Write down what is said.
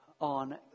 on